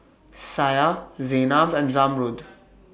Syah Zaynab and Zamrud